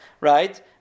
Right